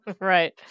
Right